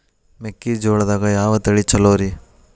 ಮೆಕ್ಕಿಜೋಳದಾಗ ಯಾವ ತಳಿ ಛಲೋರಿ?